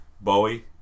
Bowie